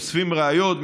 אוספים ראיות,